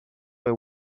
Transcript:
for